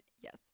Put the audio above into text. yes